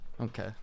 Okay